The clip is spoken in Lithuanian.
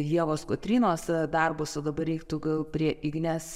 ievos kotrynos darbus o dabar reiktų gal prie ignės